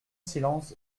silence